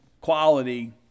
quality